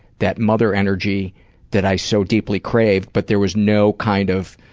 that mother energy that i so deeply crave, but there was no kind of